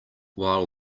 while